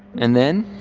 and then.